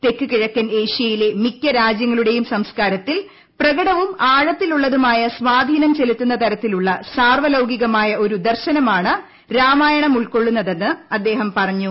തെക്ക് കിഴക്കൻ ഏഷ്യയിലെ മിക്ക രാജ്യങ്ങളുടെയും സംസ്കാരത്തിൽ പ്രകടവും ആഴത്തിലുള്ളതുമായ സ്വാധീനം ചെലുത്തുന്ന തരത്തിലുള്ള സാർവ്വലൌകികമായ ഒരു ദർശനമാണ് രാമായണം ഉൾക്കൊള്ളുന്നതെന്ന് അദ്ദേഹം പറഞ്ഞു